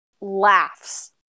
laughs